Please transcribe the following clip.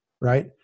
right